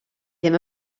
ddim